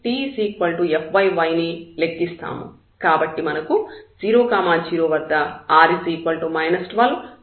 కాబట్టి మనకు 0 0 వద్ద r 12 మరియు s 0 మరియు t 16 అవుతాయి